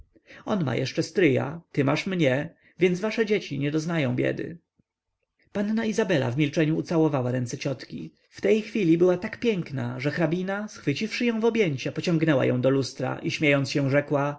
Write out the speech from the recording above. ma jeszcze stryja ty masz mnie więc wasze dzieci nie doznają biedy panna izabela w milczeniu ucałowała ręce ciotki w tej chwili była tak piękna że hrabina schwyciwszy ją w objęcia pociągnęła ją do lustra i śmiejąc się rzekła